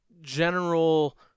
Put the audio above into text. general